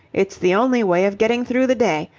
it's the only way of getting through the day.